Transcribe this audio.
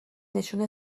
نشون